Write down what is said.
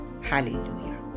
hallelujah